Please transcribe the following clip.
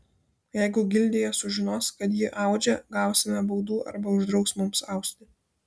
jeigu gildija sužinos kad ji audžia gausime baudų arba uždraus mums austi